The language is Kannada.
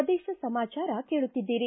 ಪ್ರದೇಶ ಸಮಾಚಾರ ಕೇಳುತ್ತಿದ್ದೀರಿ